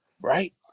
right